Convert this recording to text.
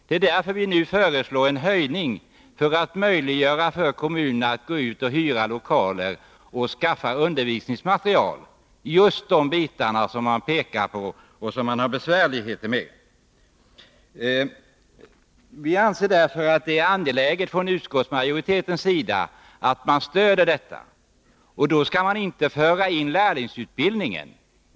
Det är därför vi nu föreslår en höjning, för att möjliggöra för kommunerna att hyra lokaler och skaffa undervisningsmaterial — just det som de har påpekat att de har svårigheter med. Utskottsmajoriteten anser att det är angeläget att stödja detta. Därför skall man inte föra in lärlingsutbildningen i det här sammanhanget.